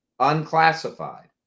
unclassified